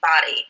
body